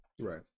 Right